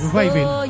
waving